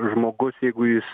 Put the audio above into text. žmogus jeigu jis